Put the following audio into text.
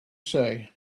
say